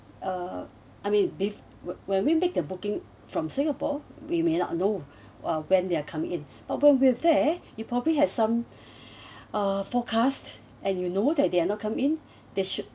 uh I mean be~ when~ when we make a booking from singapore we may not know uh when they're coming in but when we're there you probably have some uh forecast and you know that they are not come in they should